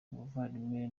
ubuvandimwe